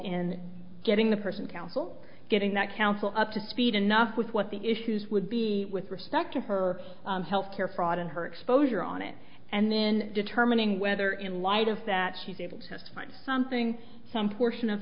in getting the person counsel getting that counsel up to speed enough with what the issues would be with respect to her health care fraud and her exposure on it and then determining whether in light of that she's able to sign something some portion of